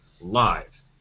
live